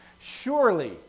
Surely